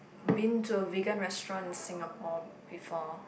been to a vegan restaurant in Singapore before